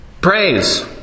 praise